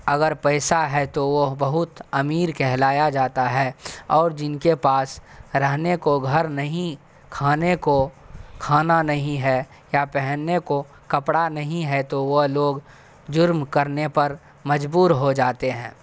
اگر پیسہ ہے تو وہ بہت امیر کہلایا جاتا ہے اور جن کے پاس رہنے کو گھر نہیں کھانے کو کھانا نہیں ہے یا پہننے کو کپڑا نہیں ہے تو وہ لوگ جرم کرنے پر مجبور ہو جاتے ہیں